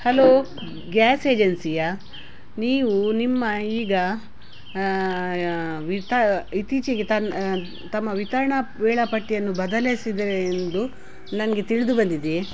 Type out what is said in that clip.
hello gas ಏಜೆನ್ಸಿಯಾ ನೀವು ನಿಮ್ಮ ಈಗ ವಿತ ಇತ್ತೀಚೆಗ್ ತನ್ನ ತಮ್ಮ ವಿತರಣಾ ವೇಳಾಪಟ್ಟಿಯನ್ನು ಬದಲಿಸಿದೆ ಎಂದು ನನಗೆ ತಿಳಿದು ಬಂದಿದೆ